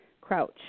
Crouch